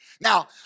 Now